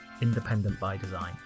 independentbydesign